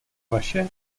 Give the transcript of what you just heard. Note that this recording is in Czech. vaše